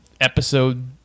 episode